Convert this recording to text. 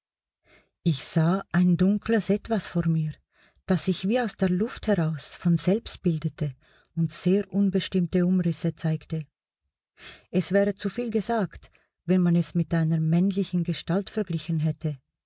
ich sah ein dunkles etwas vor mir das sich wie aus der luft heraus von selbst bildete und sehr unbestimmte umrisse zeigte es wäre zu viel gesagt wenn man es mit einer männlichen gestalt verglichen hätte